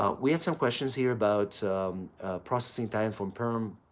ah we had some questions here about processing time from perm.